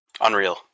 Unreal